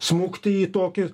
smukti į tokį